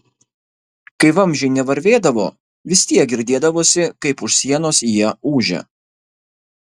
kai vamzdžiai nevarvėdavo vis tiek girdėdavosi kaip už sienos jie ūžia